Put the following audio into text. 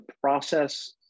process